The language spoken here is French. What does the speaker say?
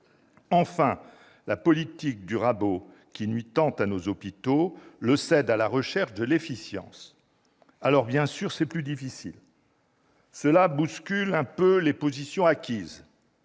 Enfin, la politique du rabot, qui nuit tant à nos hôpitaux, cède la place à la recherche de l'efficience ! Bien sûr, c'est plus difficile, cela bouscule un peu les positions acquises.